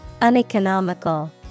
Uneconomical